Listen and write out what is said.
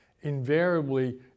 invariably